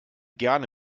gerne